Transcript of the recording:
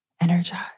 energize